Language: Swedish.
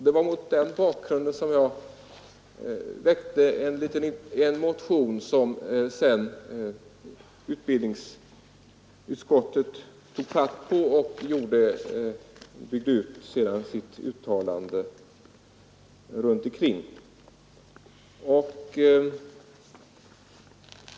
Det var mot den bakgrunden jag väckte en motion kring vilken utbildningsutskottet sedan byggde upp sitt uttalande.